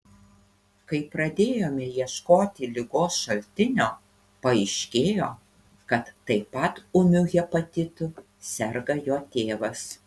kai pradėjome ieškoti ligos šaltinio paaiškėjo kad taip pat ūmiu hepatitu serga jo tėvas